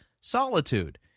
solitude